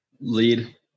lead